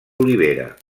olivera